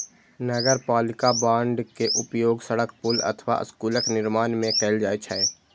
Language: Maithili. नगरपालिका बांड के उपयोग सड़क, पुल अथवा स्कूलक निर्माण मे कैल जाइ छै